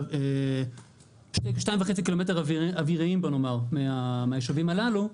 בוא נאמר 2.5 קילומטר אוויריים מהיישובים הללו,